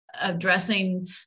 addressing